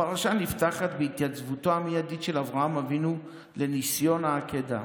הפרשה נפתחת בהתייצבותו המיידית של אברהם אבינו לניסיון העקדה